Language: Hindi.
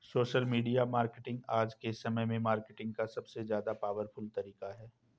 सोशल मीडिया मार्केटिंग आज के समय में मार्केटिंग का सबसे ज्यादा पॉवरफुल तरीका है